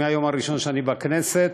מהיום הראשון שאני בכנסת,